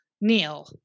neil